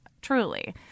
truly